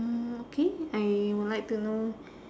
mm okay I would like to know